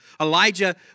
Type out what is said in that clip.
Elijah